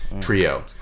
trio